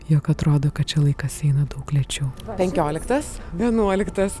jog atrodo kad čia laikas eina daug lėčiau penkioliktas vienuoliktas